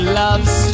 loves